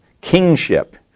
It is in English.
kingship